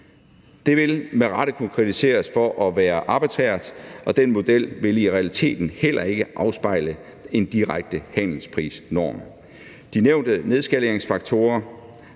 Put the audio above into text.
Det ville med rette kunne kritiseres for at være arbitrært, og den model vil i realiteten heller ikke afspejle en direkte handelsprisnorm. De nævnte nedskaleringsfaktorer,